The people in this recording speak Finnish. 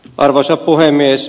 arvoisa puhemies